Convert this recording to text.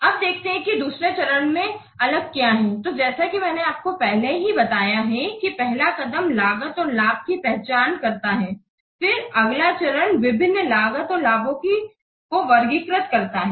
अब देखते हैं कि दूसरा चरण में अलग क्या हैं तो जैसा कि मैंने आपको पहले ही बताया है कि पहला कदम लागत और लाभों की पहचान करता है फिर अगला चरण विभिन्न लागत और लाभों को वर्गीकृत करता है